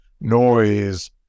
noise